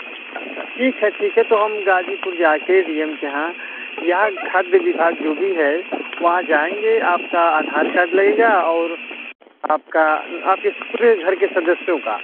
अच्छा अच्छा ठीक है ठीक है तो हम गाजीपुर जाकर डी एम के यहाँ यहाँ खाद्य विभाग जो भी है वहाँ जाएँगे आपका आधार कार्ड लगेगा और आपका आपके पूरे घर के सदस्यों का